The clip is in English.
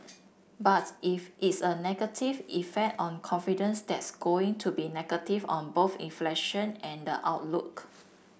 but if it's a negative effect on confidence that's going to be negative on both inflation and the outlook